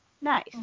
Nice